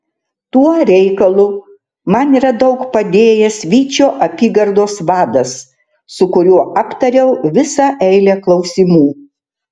tuo reikalu man yra daug padėjęs vyčio apygardos vadas su kuriuo aptariau visą eilę klausimų